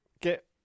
get